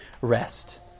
rest